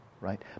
Right